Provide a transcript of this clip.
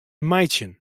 meitsjen